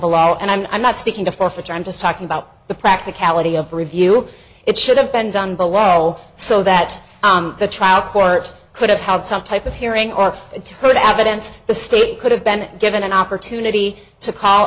below and i'm not speaking to forfeiture i'm just talking about the practicality of review it should have been done below so that the trial court could have had some type of hearing or heard evidence the state could have been given an opportunity to call